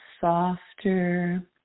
softer